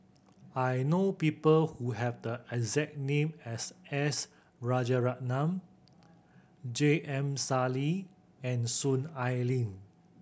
I know people who have the exact name as S Rajaratnam J M Sali and Soon Ai Ling